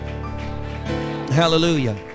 Hallelujah